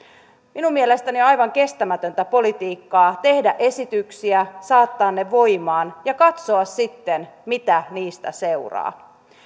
minun mielestäni on aivan kestämätöntä politiikkaa tehdä esityksiä saattaa ne voimaan ja katsoa sitten mitä niistä seuraa